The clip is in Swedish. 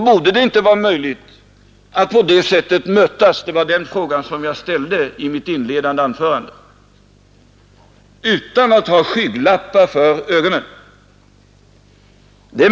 Borde det inte vara möjligt att på det sättet mötas — det var den frågan jag ställde i mitt inledande anförande — utan att ha skygglappar för ögonen.